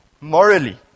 morally